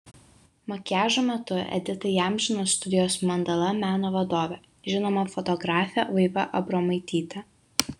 makiažo metu editą įamžino studijos mandala meno vadovė žinoma fotografė vaiva abromaitytė